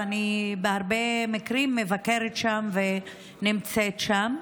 ובהרבה מקרים אני מבקרת שם ונמצאת שם.